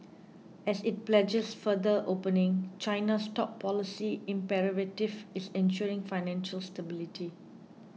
as it pledges further opening China's top policy imperative is ensuring financial stability